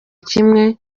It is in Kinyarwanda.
kimwe